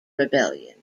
rebellion